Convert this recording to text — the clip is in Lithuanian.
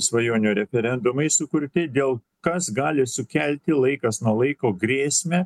svajonių referendumai sukurti dėl kas gali sukelti laikas nuo laiko grėsmę